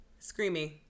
Screamy